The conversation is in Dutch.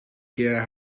keer